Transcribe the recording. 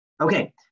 Okay